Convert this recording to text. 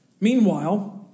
Meanwhile